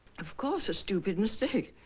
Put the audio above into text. of course a stupid mistake.